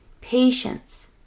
patience